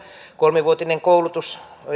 kolmivuotisen koulutuksen